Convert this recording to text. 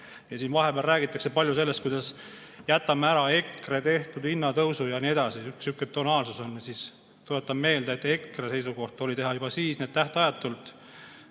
Siin vahepeal räägitakse palju sellest, kuidas jätame ära EKRE tehtud hinnatõusu ja nii edasi, sihuke tonaalsus on. Tuletan meelde, et EKRE seisukoht oli teha juba siis need tähtajatult.